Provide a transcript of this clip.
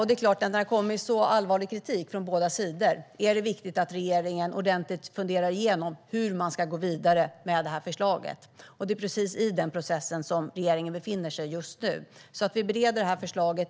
Det är klart att när det kommer så allvarlig kritik från båda sidor är det viktigt att regeringen ordentligt funderar igenom hur man ska gå vidare med förslaget. Det är i den processen som regeringen befinner sig just nu. Vi bereder alltså förslaget.